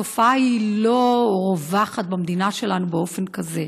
התופעה לא רווחת במדינה שלנו באופן כזה.